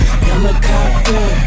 Helicopter